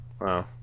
wow